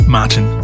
Martin